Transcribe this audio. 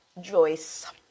Joyce